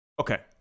Okay